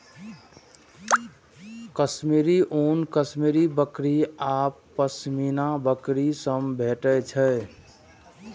कश्मीरी ऊन कश्मीरी बकरी आ पश्मीना बकरी सं भेटै छै